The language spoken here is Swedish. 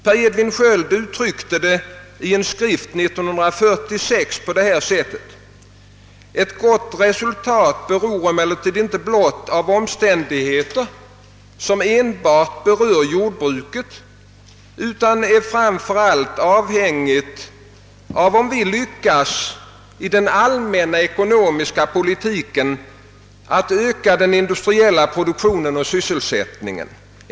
Per Edvin Sköld uttryckte det i en skrift 1946 på detta sätt: »Ett gott resultat beror emeHertid icke blott av omständigheter, som enbart berör jordbruket, utan är framför allt avhängigt av om vi lyckas i den allmänna ekonomiska politiken att öka den industriella produktionen och sysselsättning en.